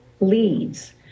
leads